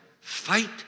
fight